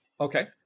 Okay